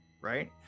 right